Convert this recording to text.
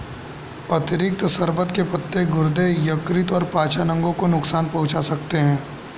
अतिरिक्त शर्बत के पत्ते गुर्दे, यकृत और पाचन अंगों को नुकसान पहुंचा सकते हैं